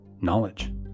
knowledge